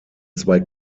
zwei